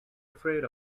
afraid